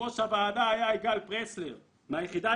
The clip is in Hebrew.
יושב-ראש הוועדה היה יגאל פלסנר מהיחידה